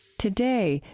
today,